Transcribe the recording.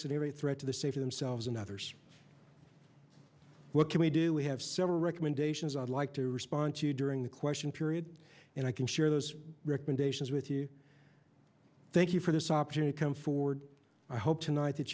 serious threat to the safety themselves and others what can we do we have several recommendations i'd like to respond to during the question period and i can share those recommendations with you thank you for this opportunity come forward i hope tonight that